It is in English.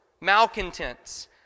malcontents